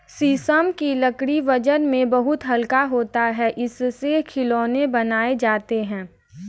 शीशम की लकड़ी वजन में बहुत हल्का होता है इससे खिलौने बनाये जाते है